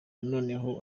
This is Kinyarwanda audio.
noneho